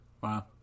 Wow